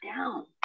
down